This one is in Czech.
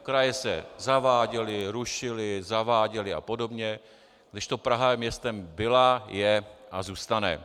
Kraje se zaváděly, rušily, zaváděly apod., kdežto Praha městem byla, je a zůstane.